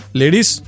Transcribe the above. ladies